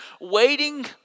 waiting